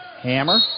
Hammer